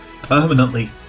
permanently